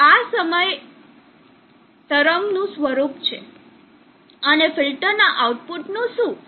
તો આ આ સમયે તરંગનું સ્વરૂપ છે અને ફિલ્ટરના આઉટપુટનું શું